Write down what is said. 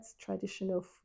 traditional